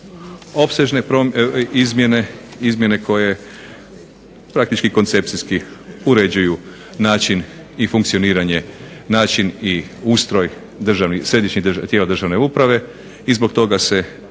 izmjene, izmjene koje praktički koncepcijski uređuju način i funkcioniranje, način i ustroj Središnjih tijela državne uprave i zbog toga se